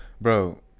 bro